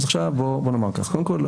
קודם כול,